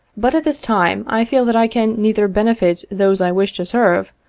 but, at this time, i feel that i can neither benefit those i wish to serve,